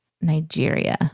Nigeria